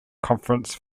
conference